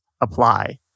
apply